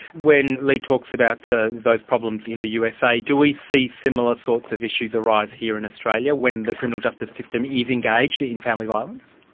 when leigh talks about those problems in the usa, do we see similar sorts of issues arise here in australia when the criminal justice system is engaged in family violence?